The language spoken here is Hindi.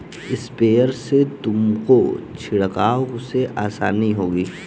स्प्रेयर से तुमको छिड़काव में आसानी रहेगी